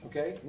Okay